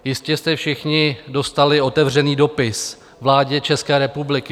Jistě jste všichni dostali otevřený dopis vládě české republiky.